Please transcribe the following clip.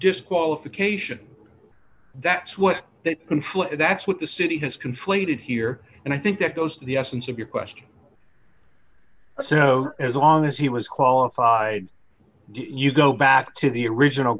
disqualification that's what that that's what the city has conflated here and i think that goes to the essence of your question so as long as he was qualified you go back to the original